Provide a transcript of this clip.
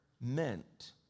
meant